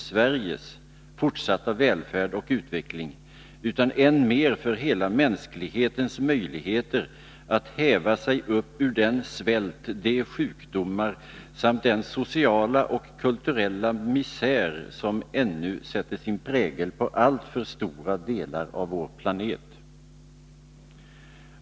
Sveriges, fortsatta välfärd och utveckling utan än mer för hela mänsklighetens möjligheter att häva sig upp ur den svält, de sjukdomar samt den sociala och kulturella misär som ännu sätter sin prägel på alltför stora delar av vår planet.